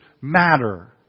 matter